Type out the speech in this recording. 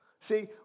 See